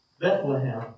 Bethlehem